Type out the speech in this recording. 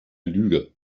lüge